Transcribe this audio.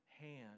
hand